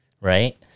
right